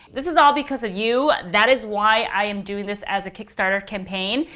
this is all because of you. that is why i am doing this as a kickstarter campaign.